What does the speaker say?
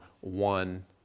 one